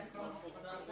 למי שעובד באפוטרופסות,